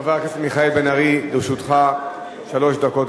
חבר הכנסת מיכאל בן-ארי, לרשותך שלוש דקות.